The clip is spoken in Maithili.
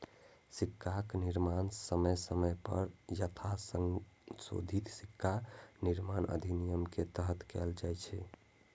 सिक्काक निर्माण समय समय पर यथासंशोधित सिक्का निर्माण अधिनियम के तहत कैल जाइ छै